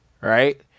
right